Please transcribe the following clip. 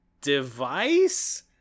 device